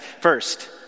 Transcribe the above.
First